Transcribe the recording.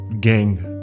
gang